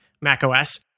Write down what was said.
macOS